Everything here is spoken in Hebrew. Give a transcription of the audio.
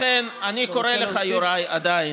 לכן אני קורא לך יוראי, עדיין,